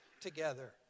together